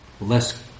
less